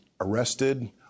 arrested